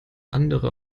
andere